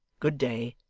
good day.